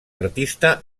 artista